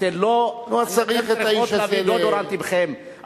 אתן צריכות להביא דאודורנט עמכן?